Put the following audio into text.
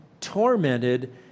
tormented